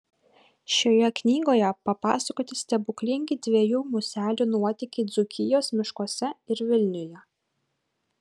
šioje knygoje papasakoti stebuklingi dviejų muselių nuotykiai dzūkijos miškuose ir vilniuje